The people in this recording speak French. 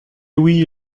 oui